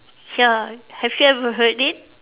ya have you ever heard it